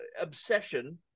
obsession